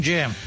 Jim